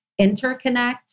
Interconnect